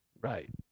right